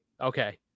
Okay